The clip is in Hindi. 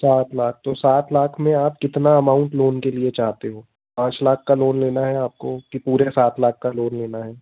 सात लाख तो सात लाख में आप कितना अमाउंट लोन के लिए चाहते हो पाँच लाख लोन लेना है आपको कि पूरे सात लाख लोन लेना है